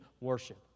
worship